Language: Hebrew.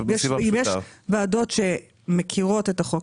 אם יש ועדות שמכירות את החוק,